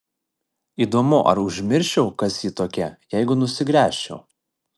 įdomu ar užmirščiau kas ji tokia jeigu nusigręžčiau